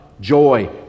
joy